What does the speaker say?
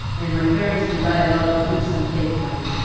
and my parents would buy a lot of books on tape for me.